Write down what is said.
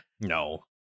No